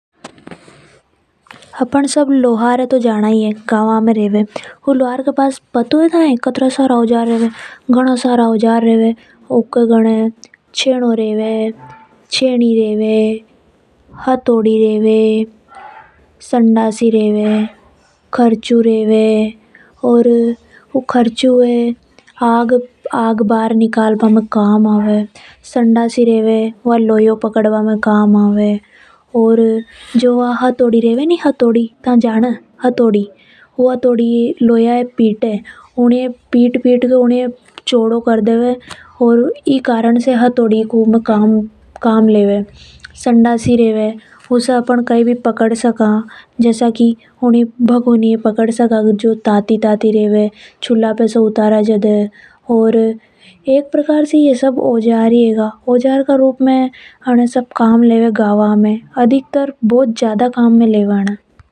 अपन सब लोहार ये तो जाना ही है। ये लोहार ज्यादातर गावा में रेवे। थाई पथों है कि इनके पास घणा प्रकार का ओजार रेवे। लोहार के घने चैनों, हतोडी रेवे करचू रेवे। संडासई रेवे। आसा का घणा प्रकार का औजार रेवे जो इनके काम में आवे। या को करचू है नि वो आग भार निकालब में काम आवे। संडासई रेवे वो लोहा पकड़ भा में काम आवे। ये सब औजार घणा प्रकार का होवे जो बहुत काम का रेवे।